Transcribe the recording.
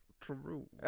true